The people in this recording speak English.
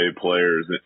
players